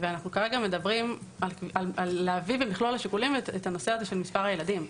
כרגע אנחנו מדברים על להביא במכלול השיקולים את נושא של מספר הילדים.